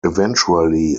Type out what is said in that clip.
eventually